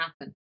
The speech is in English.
happen